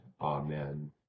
Amen